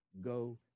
Go